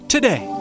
Today